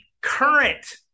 current